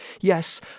yes